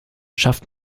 schafft